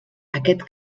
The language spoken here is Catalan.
aquest